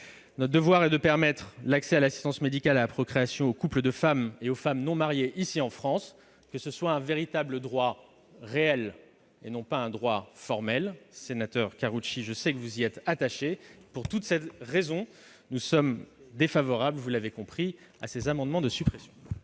Notre devoir est de permettre l'accès à l'assistance médicale à la procréation aux couples de femmes et aux femmes non mariées, ici, en France. Il doit s'agir d'un véritable droit réel et non d'un droit formel. Monsieur le sénateur Karoutchi, je sais que vous y êtes attaché. Pour toutes ces raisons, nous sommes défavorables, vous l'aurez compris, à ces amendements de suppression.